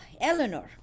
Eleanor